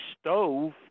stove